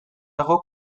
dago